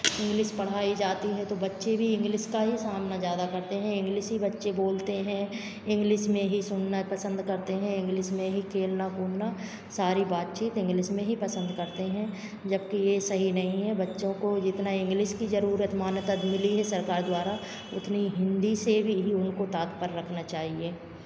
English पढ़ाई जाती है तो बच्चे भी इंग्लिश का ही सामना ज़्यादा करते हैं इंग्लिश ही बच्चे बोलते हैं इंग्लिश में ही सुनना पसन्द करते हैं इंग्लिश में ही खेलना बोलना सारी बातचीत इंग्लिश में ही पसन्द करते हैं जबकि ये सही नहीं है बच्चों को जितना इंग्लिश की जरूरत मान्यता मिली है सरकार द्वारा उतनी हिन्दी से भी उनको तात्पर्य रखना चाहिए